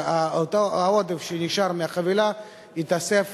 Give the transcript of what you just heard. אז אותו העודף שנשאר מהחבילה יתאסף,